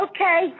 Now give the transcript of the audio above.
Okay